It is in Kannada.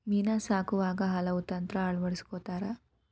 ಮೇನಾ ಸಾಕುವಾಗ ಹಲವು ತಂತ್ರಾ ಅಳವಡಸ್ಕೊತಾರ